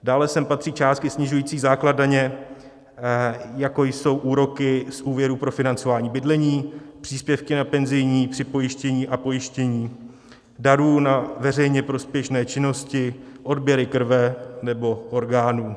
Dále sem patří částky snižující základ daně, jako jsou úroky z úvěrů pro financování bydlení, příspěvky na penzijní připojištění a pojištění, darů na veřejně prospěšné činnosti, odběry krve nebo orgánů.